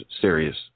serious